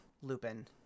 Lupin